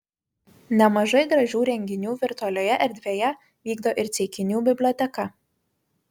nemažai gražių renginių virtualioje erdvėje vykdo ir ceikinių biblioteka